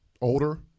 older